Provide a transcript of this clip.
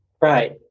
Right